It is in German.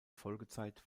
folgezeit